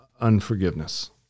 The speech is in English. unforgiveness